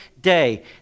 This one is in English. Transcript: day